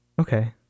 Okay